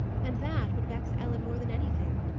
and that would vex ellen more than anything.